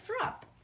drop